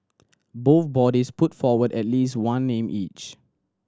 both bodies put forward at least one name each